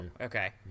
Okay